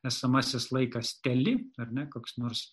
esamasis laikas teli ar ne koks nors